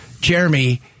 jeremy